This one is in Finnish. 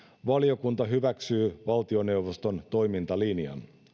valiokunta hyväksyy valtioneuvoston toimintalinjan